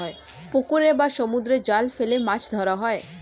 পুকুরে বা সমুদ্রে জাল ফেলে মাছ ধরা হয়